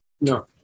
No